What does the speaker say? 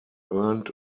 earned